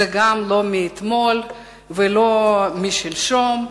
זה לא מאתמול ולא משלשום.